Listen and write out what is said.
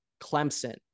Clemson